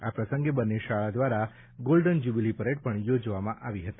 આ પ્રસંગે બંને શાળા દ્વારા ગોલ્ડન જ્યુબિલી પરેડ પણ યોજવામાં આવી હતી